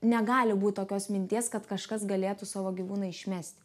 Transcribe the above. negali būt tokios minties kad kažkas galėtų savo gyvūną išmesti